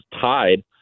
tied